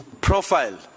profile